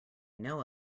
know